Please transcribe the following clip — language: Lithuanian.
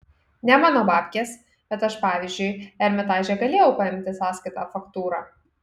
ne mano babkės bet aš pavyzdžiui ermitaže galėjau paimti sąskaitą faktūrą